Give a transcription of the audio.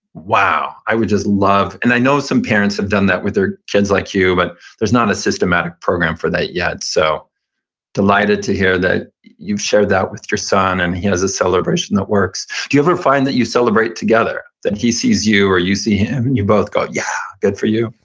wow. i would just love, and i know some parents have done that with their kids, like you, but there's not a systematic program for that yet. so delighted to hear that you've shared that with your son, and he has a celebration that works. do you ever find that you celebrate together, that he sees you or you see him, and you both go, yeah, good for you?